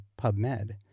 PubMed